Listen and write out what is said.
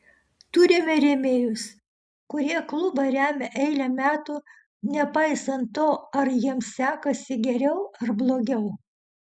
turime rėmėjus kurie klubą remia eilę metų nepaisant to ar jiems sekasi geriau ar blogiau